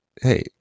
hey